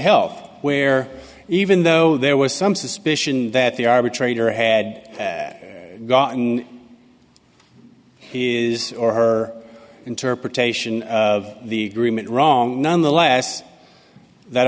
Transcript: health where even though there was some suspicion that the arbitrator had gotten is or her interpretation of the groom it wrong nonetheless that